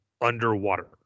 underwater